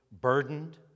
burdened